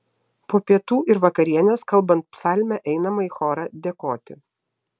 po pietų ir vakarienės kalbant psalmę einama į chorą dėkoti